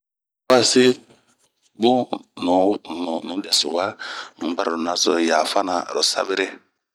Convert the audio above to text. bun yii uasi bun nu dɛso waa un bararo lon aso yafana aro sabere.